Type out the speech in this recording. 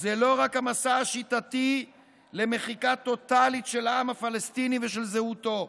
זה לא רק המסע השיטתי למחיקה טוטלית של העם הפלסטיני ושל זהותו,